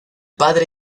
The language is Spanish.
padre